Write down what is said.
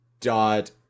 dot